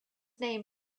name